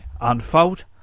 Unfold